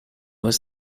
was